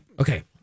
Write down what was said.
Okay